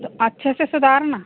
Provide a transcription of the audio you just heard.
तो अच्छे से सुधारना